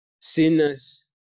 sinners